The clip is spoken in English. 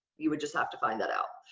you would just have to find that out.